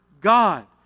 God